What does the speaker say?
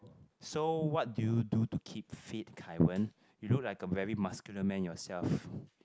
so what do you do to keep fit Kai-Wen you look like a very muscular man yourself